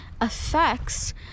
affects